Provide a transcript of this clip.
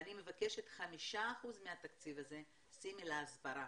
ואני מבקשת 5% מהתקציב הזה להסברה.